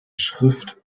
schrift